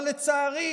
אבל לצערי